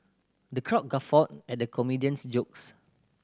the crowd guffawed at the comedian's jokes